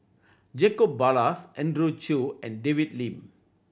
Jacob Ballas Andrew Chew and David Lim